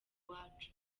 iwacu